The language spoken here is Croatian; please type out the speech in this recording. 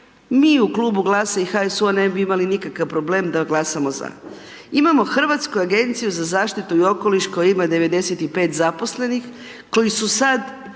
mi u Klubu GLAS-a i HSU-a ne bi imali nikakav problem da glasamo za. Imamo Hrvatsku agenciju za zaštitu i okoliš koja ima 95 zaposlenih, koji su sad,